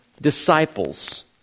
disciples